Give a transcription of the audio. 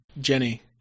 Jenny